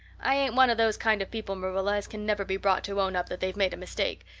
i ain't one of those kind of people, marilla, as can never be brought to own up that they've made a mistake.